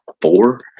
four